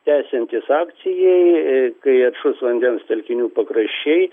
tęsiantis akcijai kai atšus vandens telkinių pakraščiai